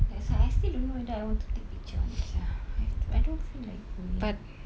like so I still don't know whether I want to take picture or not sia I I don't feel like going